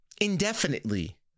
indefinitely